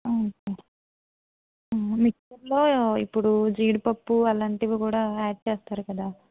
మిక్చర్లో ఇప్పుడు జీడిపప్పు అలాంటివి కూడా యాడ్ చేస్తారు కదా